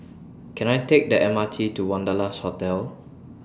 Can I Take The M R T to Wanderlust Hotel